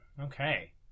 Okay